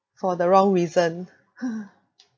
for the wrong reason